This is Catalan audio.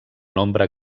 nombre